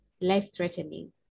life-threatening